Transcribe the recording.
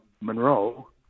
Monroe